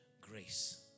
grace